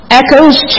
echoes